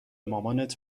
مامانت